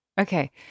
Okay